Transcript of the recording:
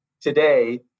today